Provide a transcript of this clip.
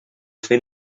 fer